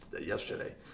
yesterday